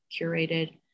curated